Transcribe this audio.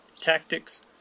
tactics